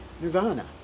nirvana